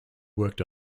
worked